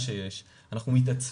ברור שיהיה מפגש,